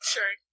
Sure